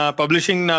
publishing